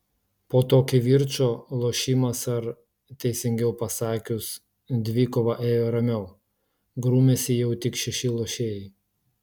po to kivirčo lošimas ar teisingiau pasakius dvikova ėjo ramiau grūmėsi jau tik šeši lošėjai